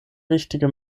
wichtige